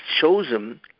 chosen